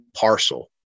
parcel